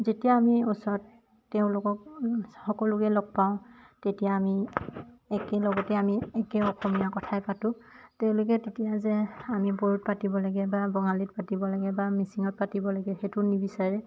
যেতিয়া আমি ওচৰত তেওঁলোকক সকলোকে লগ পাওঁ তেতিয়া আমি একেলগতে আমি একে অসমীয়া কথাই পাতোঁ তেওঁলোকে তেতিয়া যে আমি বড়োত পাতিব লাগে বা বঙালীত পাতিব লাগে বা মিচিঙত পাতিব লাগে সেইটো নিবিচাৰে